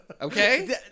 Okay